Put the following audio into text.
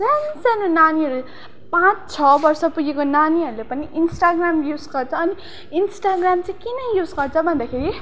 सानो सानो नानीहरू पाँच छ वर्ष पुगेको नानीहरूले पनि इन्स्टाग्राम युज गर्छ अनि इन्स्टाग्राम चाहिँ किन युज गर्छ भन्दाखेरि